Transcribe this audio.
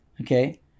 Okay